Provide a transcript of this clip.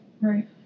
Right